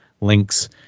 links